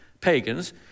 pagans